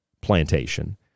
plantation